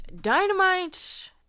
Dynamite